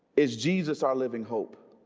is jesus our living hope